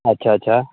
अच्छा अच्छा